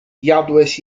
jadłeś